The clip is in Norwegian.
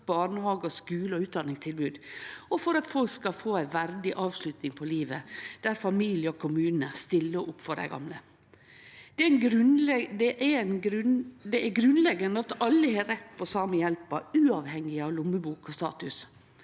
for 2024 1007 ningstilbod, og for at folk skal få ei verdig avslutning på livet der familie og kommune stiller opp for dei gamle. Det er grunnleggjande at alle har rett på den same hjelpa, uavhengig av lommebok og status.